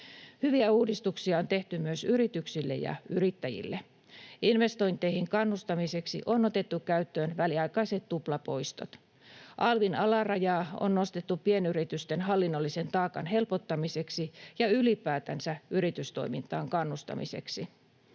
Hyviä uudistuksia on tehty myös yrityksille ja yrittäjille: Investointeihin kannustamiseksi on otettu käyttöön väliaikaiset tuplapoistot. Alvin alarajaa on nostettu pienyritysten hallinnollisen taakan helpottamiseksi ja ylipäätänsä yritystoimintaan kannustamiseksi.